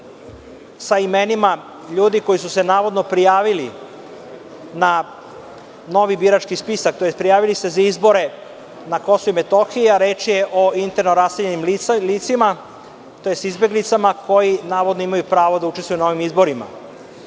sa imenima ljudi koji su se navodno prijavili na novi birački spisak, tj. prijavili se za izbore na Kosovu i Metohiji, a reč je o interno raseljenim licima, tj. izbeglicama koji navodno imaju pravo da učestvuju na ovim izborima.